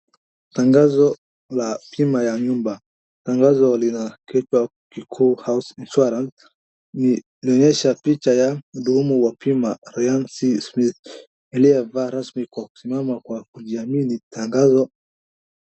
Tangazo la bima la nyumba. Tangazo lina kipaa kikuu House keeper Insurance linaonyesha picha la mhudumu wa bima Ryan C.Smith Reserver kwa kujiamini tangazo.